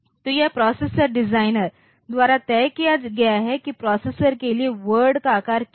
तो यह processor designer द्वारा तय किया गया है कि प्रोसेसर के लिए वर्ड का आकार क्या है